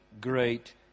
great